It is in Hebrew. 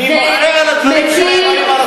אני מוחה על הדברים שנאמרים על הקואליציה.